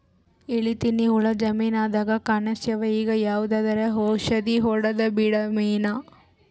ಎಲಿ ತಿನ್ನ ಹುಳ ಜಮೀನದಾಗ ಕಾಣಸ್ಯಾವ, ಈಗ ಯಾವದರೆ ಔಷಧಿ ಹೋಡದಬಿಡಮೇನ?